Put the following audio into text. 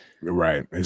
Right